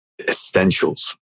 essentials